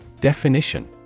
Definition